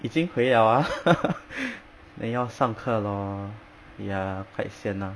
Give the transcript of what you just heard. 已经回了啊 then 要上课 lor ya quite sian ah